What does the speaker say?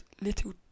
little